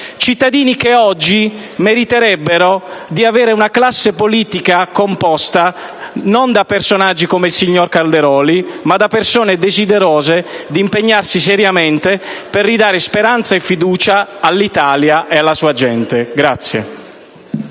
cittadini che oggi meriterebbero di avere una classe politica composta non da personaggi come il signor Calderoli ma da persone desiderose di impegnarsi seriamente per ridare speranza e fiducia all'Italia e alla sua gente.